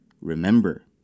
remember